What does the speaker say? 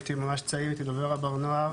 הייתי ממש צעיר כדובר הבר נוער,